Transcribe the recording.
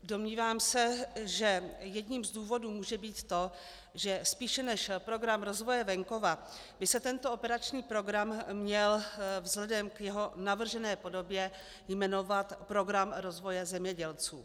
Domnívám se, že jedním z důvodů může být to, že spíše než Program rozvoje venkova by se tento operační program měl vzhledem k jeho navržené podobě jmenovat Program rozvoje zemědělců.